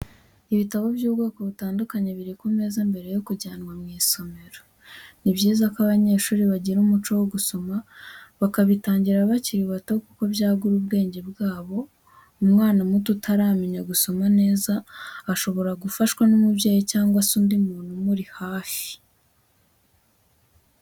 Ibitabo by'ubwoko butandukanye biri ku meza mbere yo kujyanwa mu isomero, ni byiza ko abanyeshuri bagira umuco wo gusoma bakabitangira bakiri bato kuko byagura ubwenge bwabo, umwana muto utaramenya gusoma neza ashobora gufashwa n'umubyeyi cyangwa se undi muntu umuri hafi.